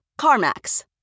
CarMax